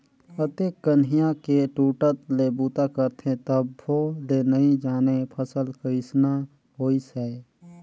अतेक कनिहा के टूटट ले बूता करथे तभो ले नइ जानय फसल कइसना होइस है